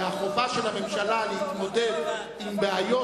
והחובה של הממשלה להתמודד עם בעיות